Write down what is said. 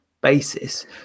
basis